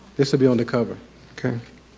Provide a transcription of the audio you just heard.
this will be on the cover.